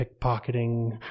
pickpocketing